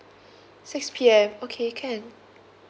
six P_M okay can